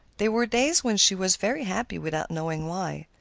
there were days when she was very happy without knowing why.